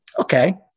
Okay